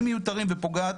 שונות).